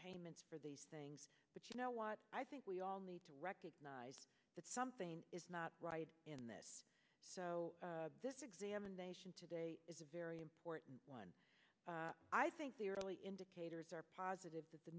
payments for these things but you know what i think we all need to recognize that something is not right in this so this examination today is a very important one i think the early in the taters are positive that the